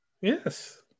Yes